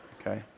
Okay